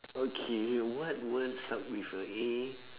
okay what word start with a A